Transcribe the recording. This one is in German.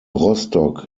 rostock